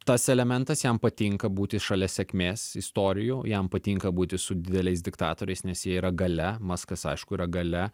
tas elementas jam patinka būti šalia sėkmės istorijų jam patinka būti su dideliais diktatoriais nes jie yra galia maskas aišku yra galia